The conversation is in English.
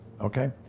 Okay